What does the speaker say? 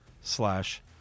slash